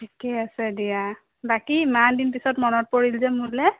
ঠিকে আছে দিয়া বাকী ইমান দিন পিছত মনত পৰিল যে মোলৈ